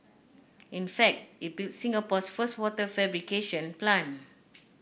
in fact it built Singapore's first water fabrication plant